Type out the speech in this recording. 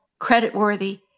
creditworthy